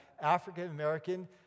African-American